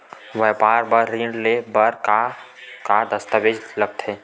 व्यापार बर ऋण ले बर का का दस्तावेज लगथे?